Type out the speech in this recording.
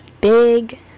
big